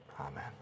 amen